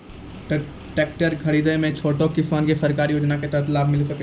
Tractor खरीदै मे छोटो किसान के सरकारी योजना के तहत लाभ मिलै सकै छै?